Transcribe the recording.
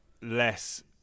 less